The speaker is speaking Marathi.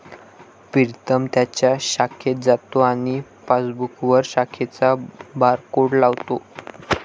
प्रीतम त्याच्या शाखेत जातो आणि पासबुकवर शाखेचा बारकोड लावतो